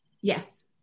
Yes